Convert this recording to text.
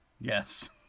yes